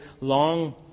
long